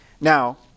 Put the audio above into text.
Now